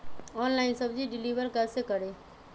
Online सब्जी deliver कैसे करें?